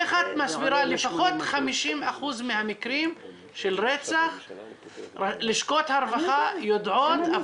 איך את מסבירה לפחות 50% מהמקרים של רצח לשכות הרווחה יודעות,